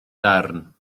darn